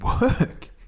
work